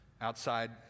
outside